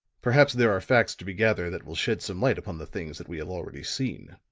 perhaps there are facts to be gathered that will shed some light upon the things that we have already seen.